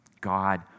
God